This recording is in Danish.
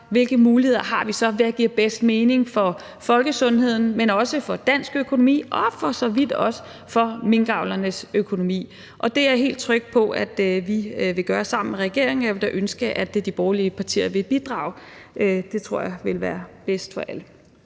hvilke muligheder vi så har, og hvad der giver bedst mening for folkesundheden, men også for dansk økonomi og for så vidt også for minkavlernes økonomi. Det er jeg helt tryg ved at vi vil gøre sammen med regeringen, og jeg vil da ønske, at de borgerlige partier vil bidrage. Det tror jeg ville være bedst for alle.